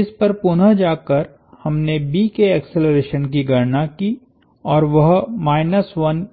इस पर पुनः जाकर हमने B के एक्सेलरेशन की गणना की और वहथा